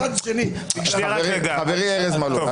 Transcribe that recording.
--- חברי ארז מלול,